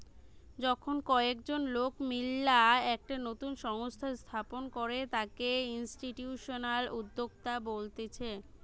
যখন কয়েকজন লোক মিললা একটা নতুন সংস্থা স্থাপন করে তাকে ইনস্টিটিউশনাল উদ্যোক্তা বলতিছে